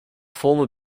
former